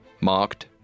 marked